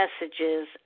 messages